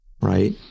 right